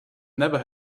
never